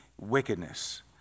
wickedness